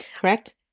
correct